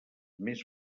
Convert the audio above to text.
més